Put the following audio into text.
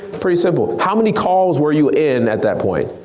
pretty simple. how many calls were you in at that point?